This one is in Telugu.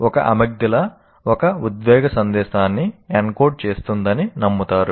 ఒక అమిగ్డాలా ఒక ఉద్వేగ సందేశాన్ని ఎన్కోడ్ చేస్తుందని నమ్ముతారు